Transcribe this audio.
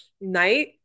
night